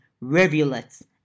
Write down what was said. rivulets